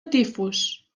tifus